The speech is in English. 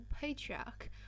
Patriarch